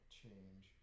change